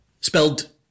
Spelled